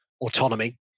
autonomy